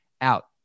out